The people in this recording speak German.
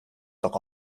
doch